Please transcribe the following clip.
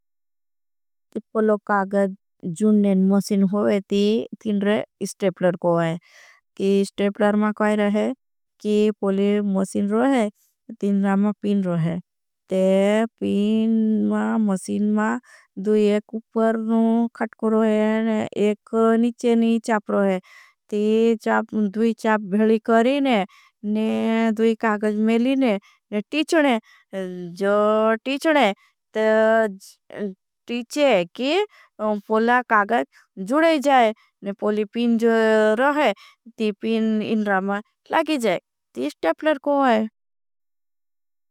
पोलो कागज जुननें मौसीन होगे ती तीनरे स्टेप्टर कोई है। की स्टेप्टर मां कोई रहे की पोले मौसीन रोहे तीनरा मां। पीन रोहे ते पीन मां मौसीन मां दूई। एक उपर नूँ खट करोहे एक निचे नी चाप रोहे ते दूई। चाप भेली करीने दूई कागज मेलीने तीचने जो तीचने। तीचे की पोला कागज जुने जाए पोली। पीन जो रोहे ती पीन इनरा मां लागी जाए। ती स्टेप्टर कोई है।